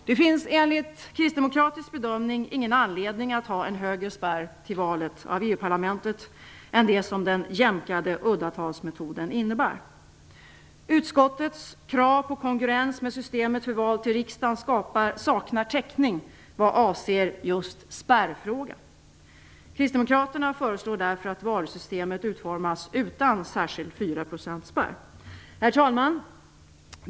Det finns enligt kristdemoktatisk bedömning därför ingen anledning att ha en högre spärr till valet av EU-parlament än det som den jämkade uddatalsmetoden innebär. Utskottets krav på kongruens med systemet för val till riksdagen saknar täckning vad avser spärrfrågan. Kristdemokraterna föreslår därför att valsystemet utformas utan särskild fyraprocentsspärr. Herr talman!